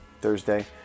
Thursday